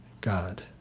God